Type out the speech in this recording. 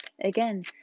Again